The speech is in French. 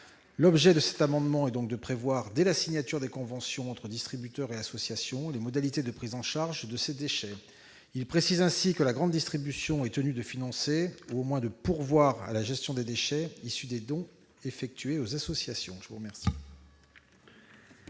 L'objet de cet amendement est de prévoir, dès la signature des conventions entre distributeurs et associations, les modalités de prise en charge de ces déchets. Il tend ainsi à préciser que la grande distribution est tenue de financer ou de pourvoir à la gestion des déchets issus des dons effectués aux associations. Les trois